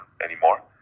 anymore